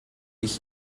ich